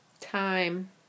Time